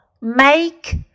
make